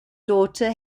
daughter